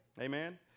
Amen